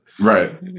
right